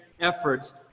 efforts